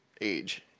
age